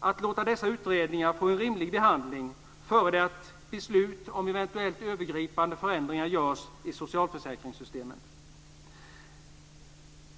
att låta dessa utredningar få en rimlig behandling innan beslut fattas om eventuellt övergripande förändringar i socialförsäkringssystemen.